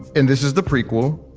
and this is the prequel